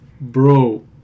bro